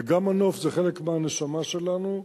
וגם הנוף זה חלק מהנשמה שלנו,